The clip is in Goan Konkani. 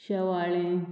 शेवळें